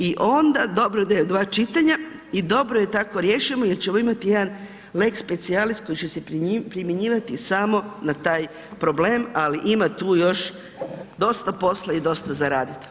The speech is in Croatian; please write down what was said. I onda, dobro da je dva čitanja i dobro je da tako riješimo jer ćemo imati jedan lex specialis koji će se primjenjivati samo na taj problem, ali ima tu još dosta posla i dosta za raditi.